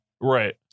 Right